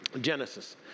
Genesis